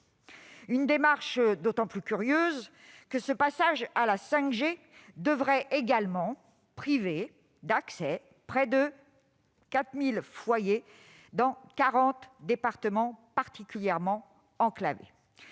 Cette démarche est d'autant plus curieuse que le passage à la 5G devrait également priver d'accès près de 4 000 foyers dans quarante départements particulièrement enclavés.